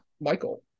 michael